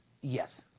Yes